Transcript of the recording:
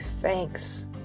thanks